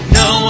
no